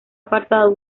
apartado